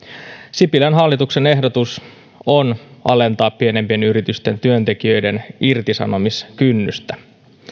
sipilän hallituksen ehdotus on alentaa pienempien yritysten työntekijöiden irtisanomiskynnystä